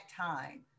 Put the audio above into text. time